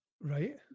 Right